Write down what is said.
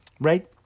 right